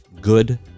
good